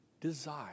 desire